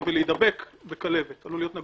נגוע ולהידבק בכלבת.